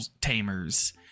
tamers